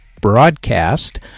broadcast